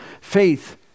Faith